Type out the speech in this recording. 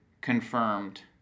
confirmed